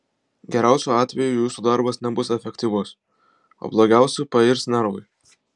geriausiu atveju jūsų darbas nebus efektyvus o blogiausiu pairs nervai